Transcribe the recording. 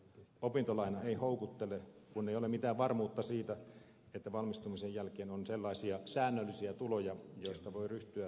opintolaina ei houkuttele kun ei ole mitään varmuutta siitä että valmistumisen jälkeen on sellaisia säännöllisiä tuloja joista voi ryhtyä lainaa lyhentämään